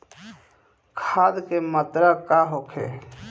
खाध के मात्रा का होखे?